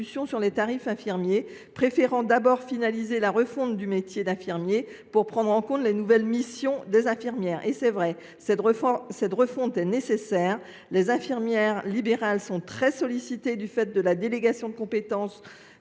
sur les tarifs infirmiers, préférant d’abord finaliser la refonte du métier pour prendre en compte ses nouvelles missions. Il est vrai que cette refonte est nécessaire. Les infirmiers libéraux sont très sollicités du fait de la délégation de compétences